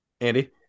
Andy